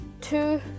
two